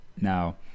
now